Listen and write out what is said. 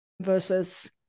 versus